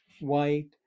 white